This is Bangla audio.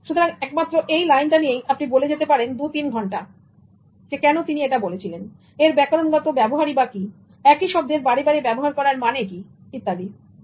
সুতরাং একমাত্র এই লাইনটা নিয়েই আপনি বলে যেতে পারেন 23 ঘন্টাকেন তিনি এটা বলেছিলেনএর ব্যাকরণগত ব্যবহারই বা কি একই শব্দের বারে বারে ব্যবহার করার মানে কি ইত্যাদি ইত্যাদি